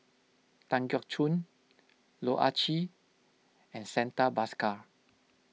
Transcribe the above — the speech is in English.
Tan Keong Choon Loh Ah Chee and Santha Bhaskar